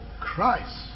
Christ